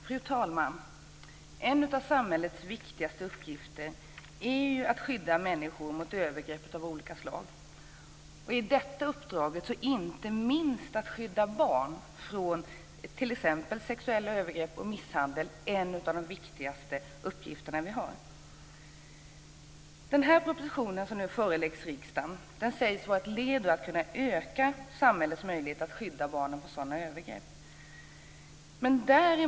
Fru talman! En av samhällets viktigaste uppgifter är ju att skydda människor mot övergrepp av olika slag. I fråga om det uppdraget är inte minst detta med att skydda barn från t.ex. sexuella övergrepp och misshandel en av våra viktigaste uppgifter. Den proposition som nu föreläggs riksdagen sägs vara ett led i strävan att öka samhällets möjligheter att skydda barnen från sådana här övergrepp.